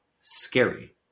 scary